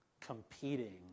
competing